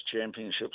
championships